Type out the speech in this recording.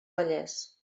vallès